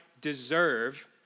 deserve